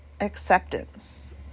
acceptance